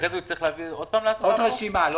אחר כך הוא יצטרך להביא את הרשימה שוב להצבעה?